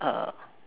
uh